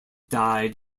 died